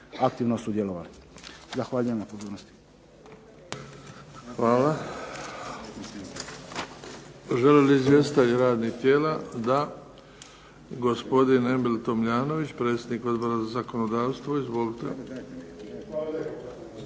aktivno sudjelovali. Zahvaljujem na pozornosti. **Bebić, Luka (HDZ)** Hvala. Žele li izvjestitelji radnih tijela? Da. Gospodin Emil Tomljanović, predsjednik Odbora za zakonodavstvo. Izvolite.